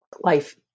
life